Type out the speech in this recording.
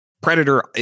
predator